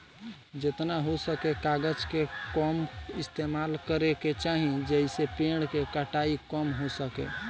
जेतना हो सके कागज के कम इस्तेमाल करे के चाही, जेइसे पेड़ के कटाई कम हो सके